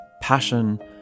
passion